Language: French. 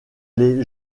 les